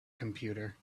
computer